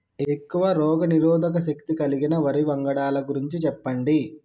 ఎక్కువ రోగనిరోధక శక్తి కలిగిన వరి వంగడాల గురించి చెప్పండి?